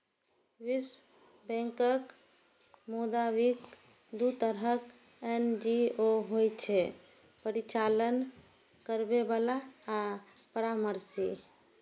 विश्व बैंकक मोताबिक, दू तरहक एन.जी.ओ होइ छै, परिचालन करैबला आ परामर्शी